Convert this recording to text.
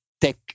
tech